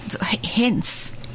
hence